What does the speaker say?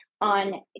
on